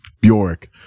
Bjork